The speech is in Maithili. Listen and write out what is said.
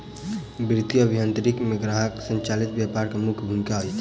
वित्तीय अभियांत्रिकी के ग्राहक संचालित व्यापार में मुख्य भूमिका अछि